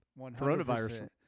Coronavirus